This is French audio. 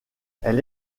elle